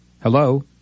Hello